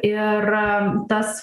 ir tas